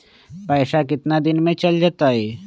पैसा कितना दिन में चल जतई?